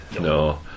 No